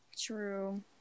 true